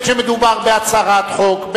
בין שמדובר בהצהרת חוק,